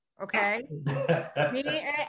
okay